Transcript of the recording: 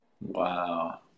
Wow